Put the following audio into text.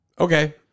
Okay